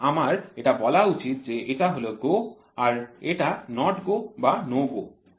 আমার এটাকে বলা উচিত যে এটা হল GO আর এটা NOT GO বা NO GO